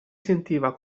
sentiva